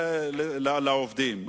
אחרי שהוא אמר: אני דואג לעובדים,